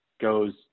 goes